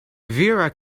vera